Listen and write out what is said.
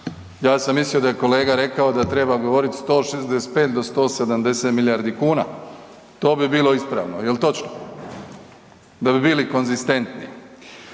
Ja sam mislio da je kolega rekao da treba govoriti 165 do 170 milijardi kuna, to bi bilo ispravno. Je li točno? Da bi bili konzistentni.